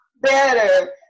better